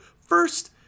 first